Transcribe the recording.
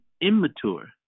immature